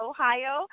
Ohio